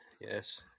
yes